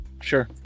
Sure